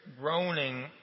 groaning